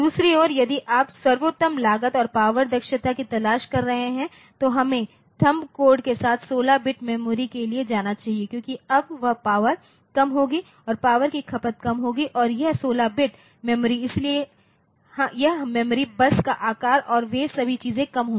दूसरी ओर यदि आप सर्वोत्तम लागत और पावर दक्षता की तलाश कर रहे हैं तो हमें थंब कोड के साथ 16 बिट मेमोरी के लिए जाना चाहिए क्योंकि अब यह पावर कम होगी और पावर की खपत कम होगी और यह 16 बिट मेमोरी इसलिए यह मेमोरी बस का आकार और वे सभी चीजें कम होंगी